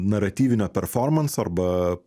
naratyvinio performanso arba